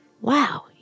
Wow